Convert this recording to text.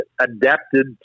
adapted